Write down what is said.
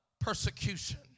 persecution